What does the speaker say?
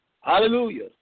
Hallelujah